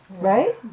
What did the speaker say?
right